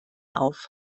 auf